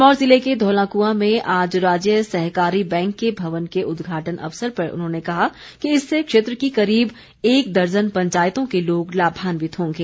सिरमौर जिले के धौलाकूआं में आज राज्य सहकारी बैंक के भयन के उदघाटन अयसर पर उन्होंने कहा कि इससे क्षेत्र की करीब एक दर्जन पंचायतों के लोग लामान्वित होंगे